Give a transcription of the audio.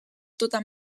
tota